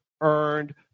earned